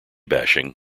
bashing